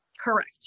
Correct